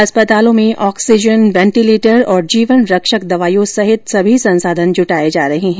अस्पतालों में oxygen ventilator और जीवन रक्षक दवाइयों सहित सभी संसाधन जुटाए जा रहे हैं